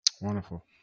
Wonderful